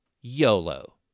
YOLO